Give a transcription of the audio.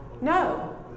no